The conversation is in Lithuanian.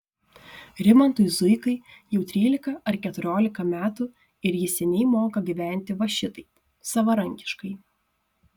rimantui zuikai jau trylika ar keturiolika metų ir jis seniai moka gyventi va šitaip savarankiškai